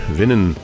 winnen